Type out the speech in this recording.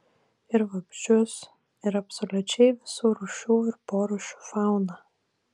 ir vabzdžius ir absoliučiai visų rūšių ir porūšių fauną